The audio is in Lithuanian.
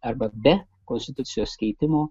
arba be konstitucijos keitimo